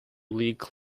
league